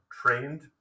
trained